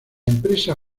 empresa